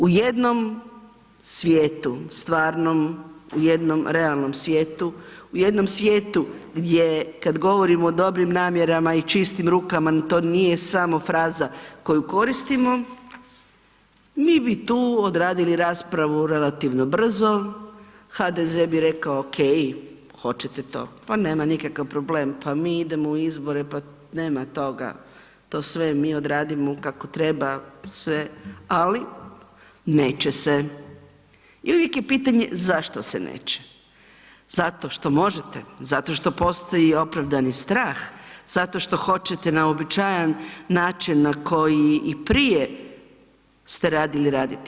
U jednom svijetu stvarnom, u jednom realnom svijetu, u jednom svijetu gdje je kad govorimo o dobrim namjerama i čistim rukama to nije samo fraza koju koristimo, mi bi tu odradili raspravu relativno brzo, HDZ bi rekao okej, hoćete to, pa nema nikakav problem, pa mi idemo u izbore, pa nema toga, to sve mi odradimo kako treba sve, ali neće se i uvijek je pitanje zašto se neće, zato što možete, zato što postoji opravdani strah, zato što hoćete na uobičajan način na koji i prije ste radili radit.